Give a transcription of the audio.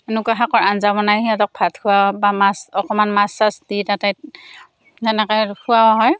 এনেকুৱা শাকৰ আঞ্জা বনাই সিহঁতক ভাত খোৱাওঁ বা মাছ অকণমান মাছ চাছ দি তাতে তেনেকৈ আৰু খোৱাও হয়